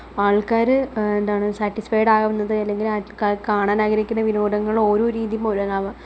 ആള്ക്കാര് എന്താണ് സാറ്റിസ്ഫൈഡ് ആവുന്നത് അല്ലെങ്കില് ആൾക്കാർ കാണാന് ആഗ്രഹിക്കുന്നത് വിനോദങ്ങളോരോ രീതിയും ഓരോന്നാണ്